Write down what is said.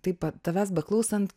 taip tavęs beklausant